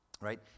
right